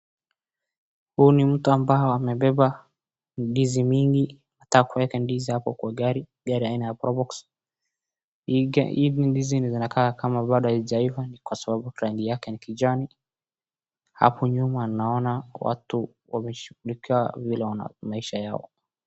Huu ni mtu ambao amebeba ndizi mingi, anataka kuweka ndizi hapo kwa gari, gari aina ya Probox, hii gari, hizi ndizi zinakaa kama bado haijaiva ni kwa sababu rangi yake ni kijani, hapo nyuma naona watu wameshughulika vila ya maisha yao.